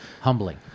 humbling